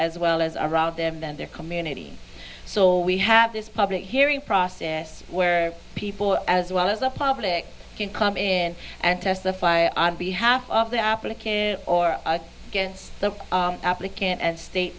as well as around them and their community so we have this public hearing process where people as well as the public can come in and testify on behalf of the applicant or against the applicant and sta